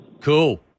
Cool